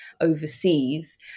overseas